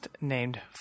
named